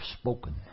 spoken